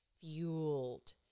fueled